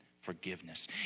forgiveness